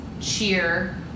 cheer